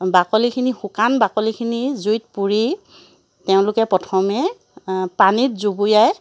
বাকলিখিনি শুকান বাকলিখিনি জুইত পুৰি তেওঁলোকে প্ৰথমে পানীত জুবুৰিয়াই